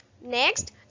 Next